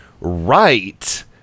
right